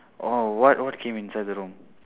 orh what what came inside the room